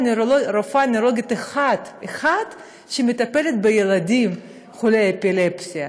נוירולוגית אחת שמטפלת בילדים חולי אפילפסיה.